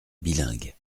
bilingue